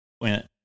went